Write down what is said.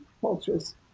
cultures